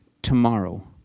Tomorrow